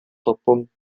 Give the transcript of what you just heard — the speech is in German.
verbunden